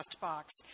box